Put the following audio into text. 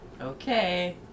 okay